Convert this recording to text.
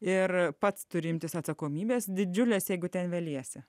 ir pats turi imtis atsakomybės didžiulės jeigu ten veliesi